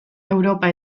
europa